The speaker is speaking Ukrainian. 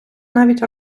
навіть